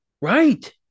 Right